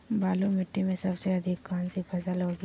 बालू मिट्टी में सबसे अधिक कौन सी फसल होगी?